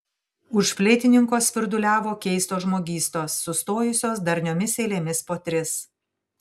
už fleitininko svirduliavo keistos žmogystos sustojusios darniomis eilėmis po tris